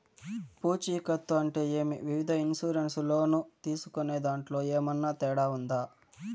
పూచికత్తు అంటే ఏమి? వివిధ ఇన్సూరెన్సు లోను తీసుకునేదాంట్లో ఏమన్నా తేడా ఉందా?